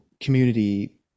community